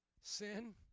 sin